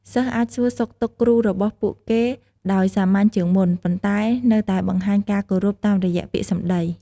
សិស្សអាចសួរសុខទុក្ខគ្រូរបស់ពួកគេដោយសាមញ្ញជាងមុន ប៉ុន្តែនៅតែបង្ហាញការគោរពតាមរយៈពាក្យសម្តី។